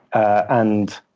and